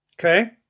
okay